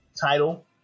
title